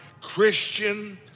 Christian